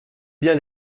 bien